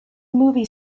movie